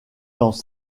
dans